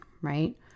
right